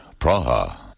Praha